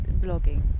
blogging